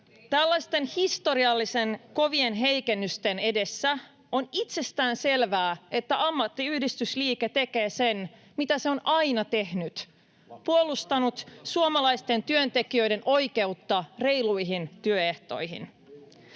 tällaisten historiallisen kovien heikennysten edessä on itsestään selvää, että ammattiyhdistysliike tekee sen, mitä se aina on tehnyt: puolustanut suomalaisten työntekijöiden oikeutta reiluihin työehtoihin.